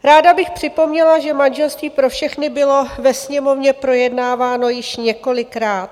Ráda bych připomněla, že manželství pro všechny bylo ve Sněmovně projednáváno již několikrát.